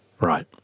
Right